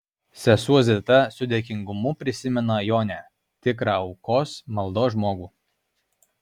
sesuo zita su dėkingumu prisimena jonę tikrą aukos maldos žmogų